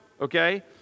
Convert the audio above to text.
okay